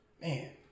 man